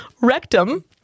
rectum